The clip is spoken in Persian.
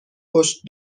پشت